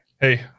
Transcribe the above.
Hey